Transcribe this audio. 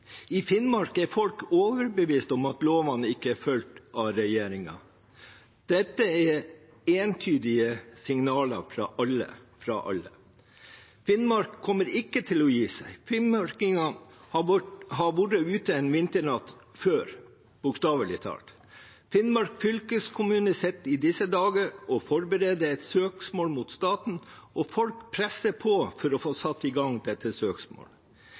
I Finnmark er folk overbevist om at lovene ikke er fulgt av regjeringen. Dette er entydige signaler fra alle. Finnmark kommer ikke til å gi seg. Finnmarkingene har vært ute en vinternatt før – bokstavelig talt. Finnmark fylkeskommune sitter i disse dager og forbereder et søksmål mot staten, og folk presser på for å få satt i gang dette